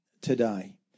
today